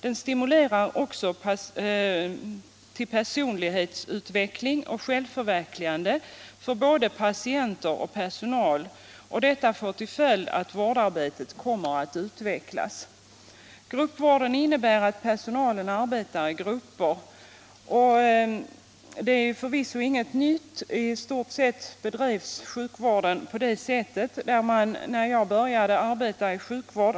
Den stimulerar också till personlighetsutveckling och självförverkligande för både patienter och personal, och detta får till följd att vårdarbetet utvecklas. Gruppvården innebär att personalen arbetar i grupper. Det är förvisso inget nytt. Sjukvården bedrevs i stort sett på det sättet när jag började arbeta i sjukvård.